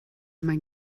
mein